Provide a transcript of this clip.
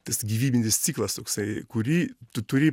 tas gyvybinis ciklas toksai kurį tu turi